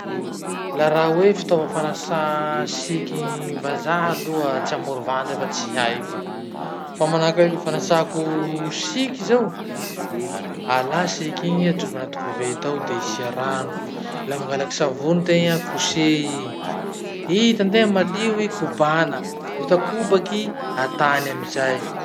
La raha hoe fitova fanasà siky vazaha aloha tsy hamoro vandy aho fa tsy haiko. Fa manahaky ahy, fanasako siky zao, alà siky igny ajobo anaty koveta ao de isia rano, la mangalaky savony tegna kosehy ii. I hitategna malio i, kobana. Vita kobaky, atany amizay.